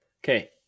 Okay